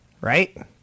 Right